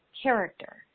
character